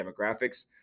demographics